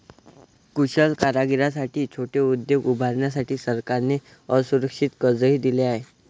कुशल कारागिरांसाठी छोटे उद्योग उभारण्यासाठी सरकारने असुरक्षित कर्जही दिले आहे